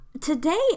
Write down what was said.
today